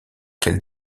quelle